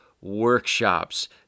workshops